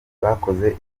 bakoze